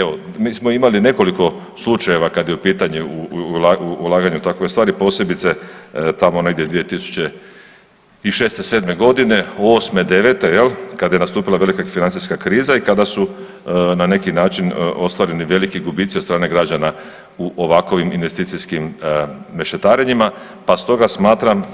Evo, mi smo imali nekoliko slučajeva kad je u pitanju ulaganje u takve stvari, posebice tamo negdje 2006., '07. godine, '08., '09. jel kad je nastupila velika financijska kriza i kada su na neki način ostvareni veliki gubici od strane građane u ovakvim investicijskim mešetarenjima pa stoga smatram